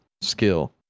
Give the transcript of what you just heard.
skill